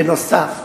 בנוסף,